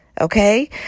Okay